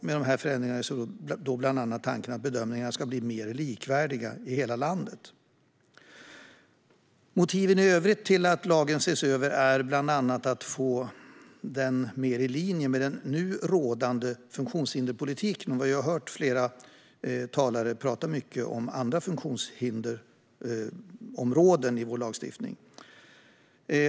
Med dessa förändringar är tanken att bedömningarna ska bli mer likvärdiga i hela landet. Ett av motiven i övrigt till att lagen ses över är att få den mer i linje med den nu rådande funktionshinderspolitiken, och vi har ju hört flera talare tala mycket om andra funktionshindersområden i vår lagstiftning.